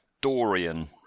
Dorian